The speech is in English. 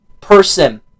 person